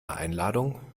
einladung